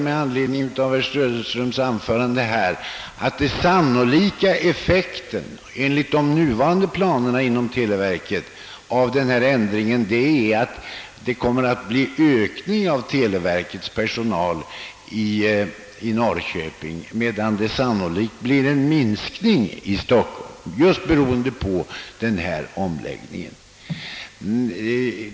Den sannolika effekten av nu gällande planer i televerket är att det i verkligheten blir en ökning av televerkets personal i Norrköping och någon minskning i Stockholm som följd av omläggningen.